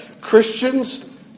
Christians